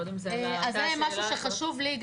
קודם זה היה --- זה חשוב לי,